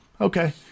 Okay